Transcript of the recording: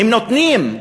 הם נותנים.